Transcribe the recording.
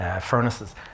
furnaces